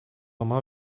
ama